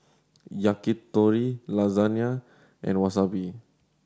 Yakitori Lasagna and Wasabi